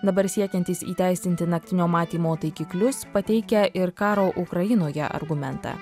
dabar siekiantys įteisinti naktinio matymo taikiklius pateikia ir karo ukrainoje argumentą